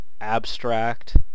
Abstract